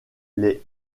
les